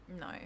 No